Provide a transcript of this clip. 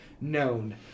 known